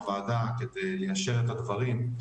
הוועדה כדי ליישר את הדברים ,